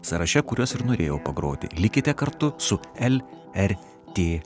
sąraše kuriuos ir norėjau pagroti likite kartu su el er tė